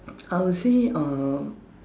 I'll say uh